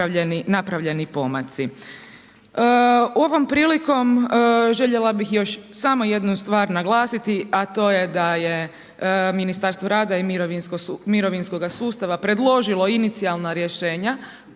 napravljeni pomaci. Ovom prilikom željela bih još samo jednu stvar naglasiti, a to je da je Ministarstvo rada i mirovinskoga sustava predložilo inicijalna rješenja